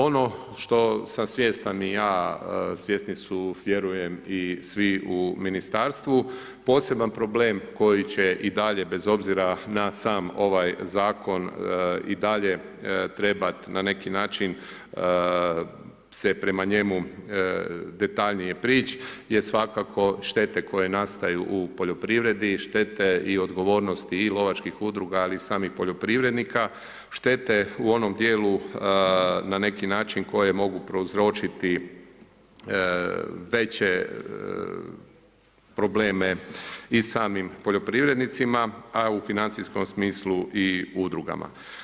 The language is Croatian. Ono što sam svjestan i ja, svjesni su vjerujem i svi u Ministarstvu, poseban problem koji će i dalje bez obzira na sam ovaj Zakon i dalje trebati na neki način se prema njemu detaljnije prići je svakako štete koje nastaju u poljoprivredi, štete i odgovornosti i lovačkih udruga, ali i samih poljoprivrednika, štete u onom dijelu na neki način, koje mogu prouzročiti veće probleme i samim poljoprivrednicima, a u financijskom smislu udrugama.